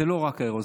זה לא רק האירוע.